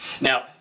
now